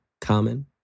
common